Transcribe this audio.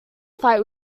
fight